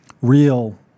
real